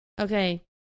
Okay